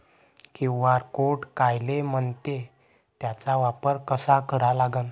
QR code कायले म्हनते, त्याचा वापर कसा करा लागन?